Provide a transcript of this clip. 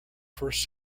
first